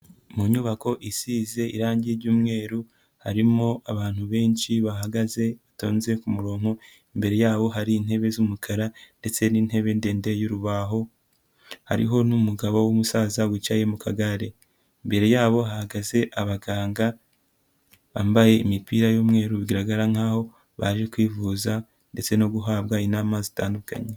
Mu nyubako isize irangi ry'umweru, harimo abantu benshi bahagaze batonze ku murongo, imbere yabo hari intebe z'umukara ndetse n'intebe ndende y'urubaho, hariho n'umugabo w'umusaza wicaye mu kagare, imbere yabo hahagaze abaganga bambaye imipira y'umweru, bigaragara nk'aho baje kwivuza ndetse no guhabwa inama zitandukanye.